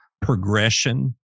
progression